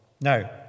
Now